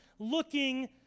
looking